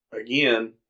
again